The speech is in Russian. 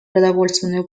продовольственную